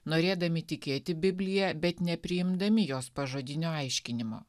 norėdami tikėti biblija bet nepriimdami jos pažodinio aiškinimo